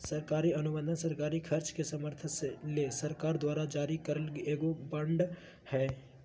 सरकारी अनुबंध सरकारी खर्च के समर्थन ले सरकार द्वारा जारी करल एगो बांड हय